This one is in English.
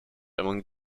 among